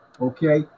okay